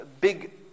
big